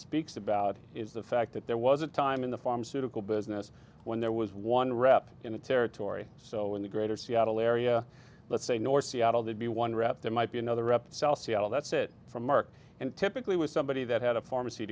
speaks about is the fact that there was a time in the pharmaceutical business when there was one rep in the territory so in the greater seattle area let's say north seattle there'd be one rep there might be another rep south seattle that's it for merck and typically with somebody that had a pharmacy